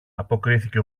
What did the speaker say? αποκρίθηκε